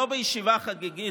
לא בישיבה חגיגית,